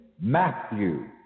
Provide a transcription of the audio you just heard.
Matthew